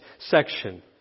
section